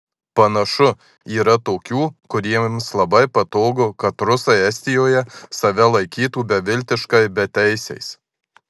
panašu yra tokių kuriems labai patogu kad rusai estijoje save laikytų beviltiškai beteisiais